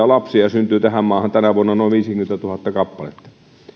lapsia syntyy tähän maahan tänä vuonna noin viisikymmentätuhatta kappaletta